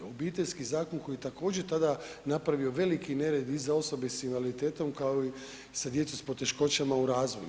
Obiteljski zakon koji je također tada napravio veliki nered i za osobe s invaliditetom, kao i sa djecom s poteškoćama u razvoju.